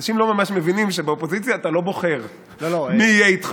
אנשים לא ממש מבינים שבאופוזיציה אתה לא בוחר מי יהיה איתך.